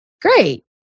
Great